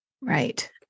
right